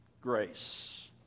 grace